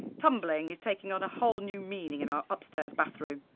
tumbling is taking on a whole new meaning in our upstairs bathroom.